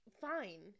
fine